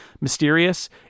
mysterious